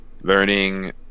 Learning